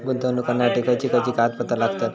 गुंतवणूक करण्यासाठी खयची खयची कागदपत्रा लागतात?